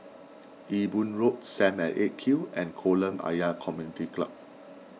Ewe Boon Road Sam at eight Q and Kolam Ayer Community Club